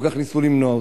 וכל כך ניסו למנוע אותו,